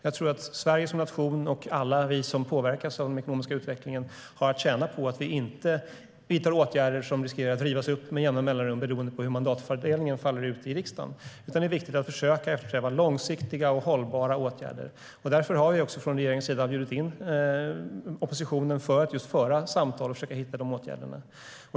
Jag tror att Sverige som nation och alla vi som påverkas av den ekonomiska utvecklingen har att tjäna på att vi inte vidtar åtgärder som riskerar att rivas upp med jämna mellanrum beroende på hur mandatfördelningen faller ut i riksdagen. Det är viktigt att försöka eftersträva långsiktiga och hållbara åtgärder, och därför har regeringen bjudit in oppositionen för att just föra samtal och försöka hitta dessa åtgärder.